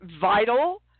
vital